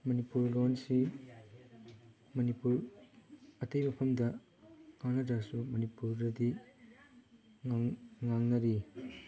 ꯃꯅꯤꯄꯨꯔ ꯂꯣꯟꯁꯤ ꯃꯅꯤꯄꯨꯔ ꯑꯇꯩ ꯃꯐꯝꯗ ꯉꯥꯡꯅꯗ꯭ꯔꯁꯨ ꯃꯅꯤꯄꯨꯔꯗꯗꯤ ꯉꯥꯡꯅꯔꯤ